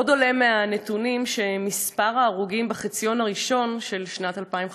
עוד עולה מהנתונים שמספר ההרוגים בחציון הראשון של שנת 2015